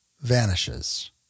vanishes